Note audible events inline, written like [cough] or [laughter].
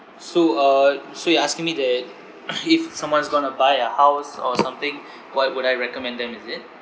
so uh so you're asking me that [noise] if someone's going to buy a house or something what would I recommend them is it